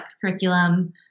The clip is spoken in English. curriculum